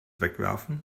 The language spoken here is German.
wegwerfen